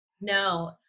no